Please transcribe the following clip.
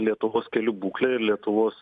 lietuvos kelių būklė ir lietuvos